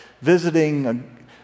visiting